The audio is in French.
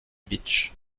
beach